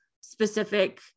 specific